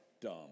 dumb